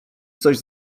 coś